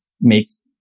makes